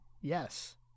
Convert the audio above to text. yes